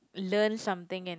learn something and